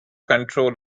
control